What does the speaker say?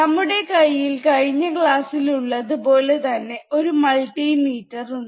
നമ്മുടെ കയ്യിൽ കഴിഞ്ഞ ക്ലാസ്സിൽ ഉള്ളതുപോലെ തന്നെ ഒരു മൾട്ടിമീറ്റർ ഉണ്ട്